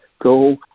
go